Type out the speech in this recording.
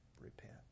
Repent